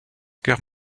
guerre